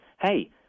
hey